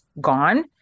gone